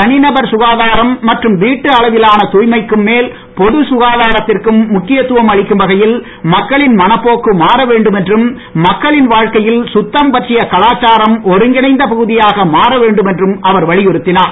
தனிநபர் சுகாதாரம் மற்றும் வீட்டு அளவிலான தூய்மைக்கும் மேல் பொது சுகாதாரத்திற்கும் முக்கியத்துவம் அளிக்கும் வகையில் மக்களின் மனப்போக்கு மாற வேண்டும் என்றும் மக்களின் வாழ்க்கையில் சுத்தம் பற்றிய கலாச்சாரம் ஒருங்கிணைந்த பகுதியாக மாற வேண்டும் என்றும் அவர் வலியுறுத்தினார்